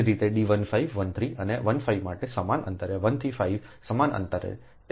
એ જ રીતે D 15 13 અને 15 માટે સમાન અંતર 1 થી 5 સમાન અંતર